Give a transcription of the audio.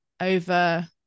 over